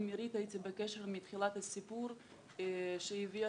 עם עירית הייתי בקשר מתחילת הסיפור כשהיא הביאה